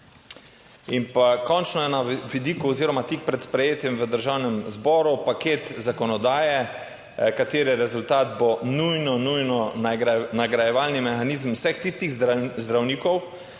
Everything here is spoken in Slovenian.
In pa končno je na vidiku oziroma tik pred sprejetjem v Državnem zboru paket zakonodaje, katere rezultat bo nujno, nujno nagrajevalni mehanizem vseh tistih zdravnikov,